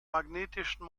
magnetischen